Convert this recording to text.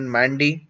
Mandy